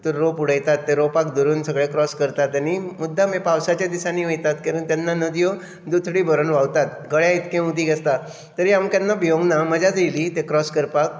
भितर रोप उडयतात त्या रोपाक धरून सगळे क्रॉस करतात आनी मुद्दाम हे पावसाच्या दिसांनी वयतात कारण तेन्ना नदयो दुथडी भरून व्हांवतात गळ्या इतकें उदीक आसता तरी आम केन्ना भियोंक ना मजाच येयली तें क्रॉस करपाक